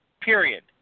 period